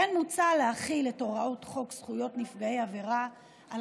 כמו כן מוצע להחיל את הוראות חוק זכויות נפגעי עבירה על